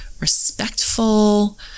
respectful